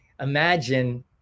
imagine